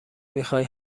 میخای